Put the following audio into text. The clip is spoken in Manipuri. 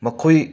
ꯃꯈꯣꯏ